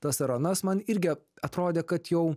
tas ar anas man irgi atrodė kad jau